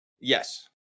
Yes